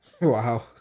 Wow